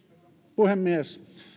puhemies